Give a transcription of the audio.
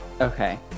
Okay